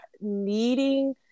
needing